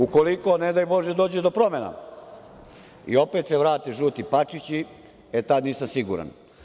Ukoliko ne daj bože dođe do promena i opet se vrate žuti pačići, tada nisam siguran.